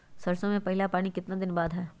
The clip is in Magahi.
सरसों में पहला पानी कितने दिन बाद है?